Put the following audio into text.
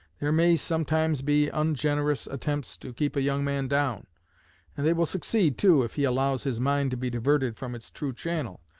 there may sometimes be ungenerous attempts to keep a young man down and they will succeed, too, if he allows his mind to be diverted from its true channel,